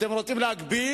אתם רוצים להגביל,